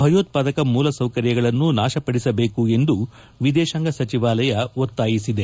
ಭಯೋತ್ವಾದಕ ಮೂಲಸೌಕರ್ಯಗಳನ್ನು ನಾಶಪಡಿಸಬೇಕು ಎಂದು ವಿದೇಶಾಂಗ ಸಚಿವಾಲಯ ಒತ್ತಾಯಿಸಿದೆ